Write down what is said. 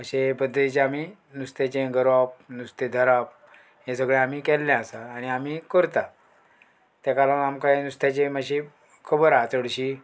अशें पद्दतीचे आमी नुस्त्याचें गरोवप नुस्तें धरप हें सगळें आमी केल्लें आसा आनी आमी करता तेका लागोन आमकां हें नुस्त्याचें मातशीं खबर आहा चडशीं